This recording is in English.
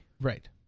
Right